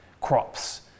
crops